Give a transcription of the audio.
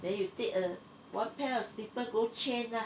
then you take a one pair of slipper go change ah